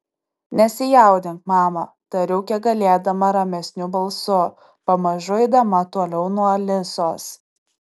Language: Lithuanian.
nesijaudink mama tariau kiek galėdama ramesniu balsu pamažu eidama toliau nuo alisos